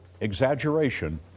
exaggeration